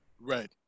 Right